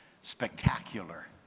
spectacular